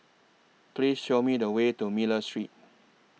Please Show Me The Way to Miller Street